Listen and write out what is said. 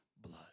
blood